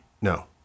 No